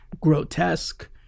grotesque